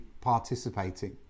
participating